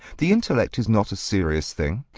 the intellect is not a serious thing,